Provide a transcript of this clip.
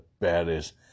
baddest